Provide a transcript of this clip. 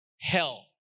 hell